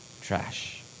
trash